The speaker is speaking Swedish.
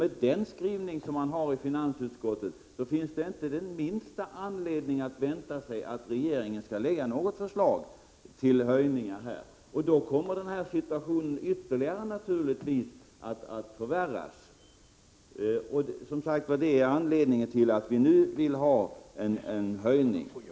Med den skrivning som finansutskottet har i sitt yttrande finns det inte någon anledning att vänta sig att regeringen skall lägga fram något förslag till prishöjningar, och därmed kommer situationen naturligtvis att förvärras ytterligare. Det är detta som är anledningen till att vi vill ha en höjning nu.